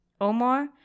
Omar